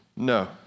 No